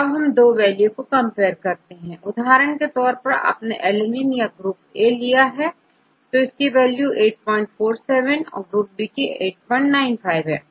और जब हम 2 वैल्यू को कंपेयर करते हैं उदाहरण के तौर पर यदि आप alanine या group A ले और वैल्यू 847 हो तथा ग्रुपB की वैल्यू 895 हो अब